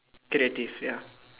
get it this ya